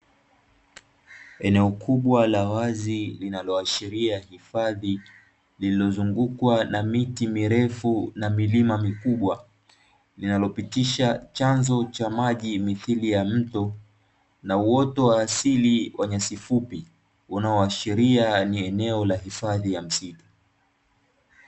Eneo kubwa la wazi linaloashiria hifadhi, lililozungukwa na miti mirefu na milima mikubwa, linalopitisha chanzo cha maji mithili ya mto na uoto wa asili wa nyasi fupi, unaoashiria ni eneo la hifadhi ya msitu.